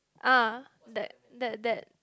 ah that that that